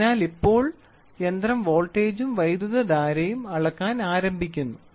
അതിനാൽ ഇപ്പോൾ യന്ത്രം വോൾട്ടേജും വൈദ്യുതധാരയും അളക്കാൻ ആരംഭിക്കുന്നു